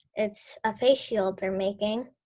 it's a face shield they're making.